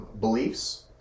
beliefs